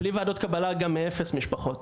בלי ועדות קבלה גם מאפס משפחות,